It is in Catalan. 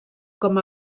com